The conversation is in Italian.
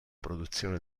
produzione